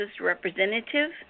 representative